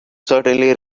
certainly